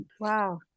Wow